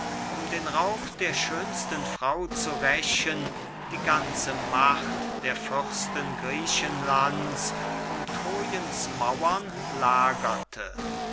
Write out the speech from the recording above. um den raub der schönsten frau zu rächen die ganze macht der fürsten griechenlands um trojens mauern lagerte